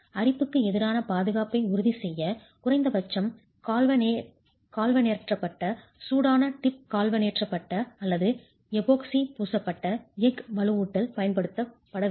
அரிப்புக்கு எதிரான பாதுகாப்பை உறுதிசெய்ய குறைந்தபட்சம் கால்வனேற்றப்பட்ட சூடான டிப் கால்வனேற்றப்பட்ட அல்லது எபோக்சி பூசப்பட்ட எஃகு வலுவூட்டல் பயன்படுத்தப்பட வேண்டும்